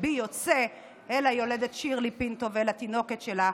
ליבי יוצא אל היולדת שירלי פינטו ואל התינוקת שלה,